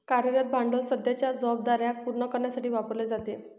कार्यरत भांडवल सध्याच्या जबाबदार्या पूर्ण करण्यासाठी वापरले जाते